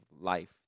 life